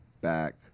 back